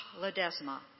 Ledesma